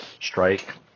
strike